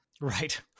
right